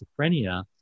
schizophrenia